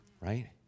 right